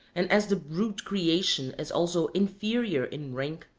and as the brute creation is also inferior in rank,